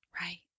Right